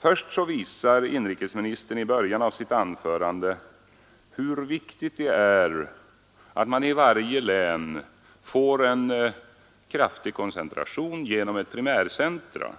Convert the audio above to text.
Först framhåller inrikesministern i början av sitt anförande hur viktigt det är att man i varje län får en kraftig koncentration genom ett primärcentrum,